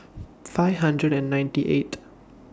five hundred and ninety eighth